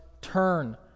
turn